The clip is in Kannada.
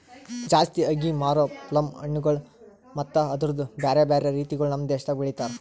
ಜಾಸ್ತಿ ಆಗಿ ಮಾರೋ ಪ್ಲಮ್ ಹಣ್ಣುಗೊಳ್ ಮತ್ತ ಅದುರ್ದು ಬ್ಯಾರೆ ಬ್ಯಾರೆ ರೀತಿಗೊಳ್ ನಮ್ ದೇಶದಾಗ್ ಬೆಳಿತಾರ್